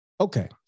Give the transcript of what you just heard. okay